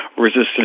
resistance